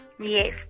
Yes